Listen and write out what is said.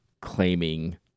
claiming